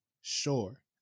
sure